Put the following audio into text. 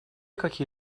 какие